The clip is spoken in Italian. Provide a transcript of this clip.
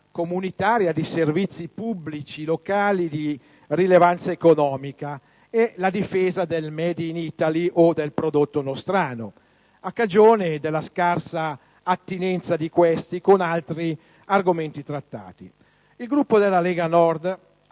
comunitaria di servizi pubblici locali di rilevanza economica e la difesa del *made in Italy* o del prodotto nostrano, a cagione della scarsa attinenza di questi con altri argomenti trattati. Il Gruppo della Lega Nord ha